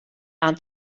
aan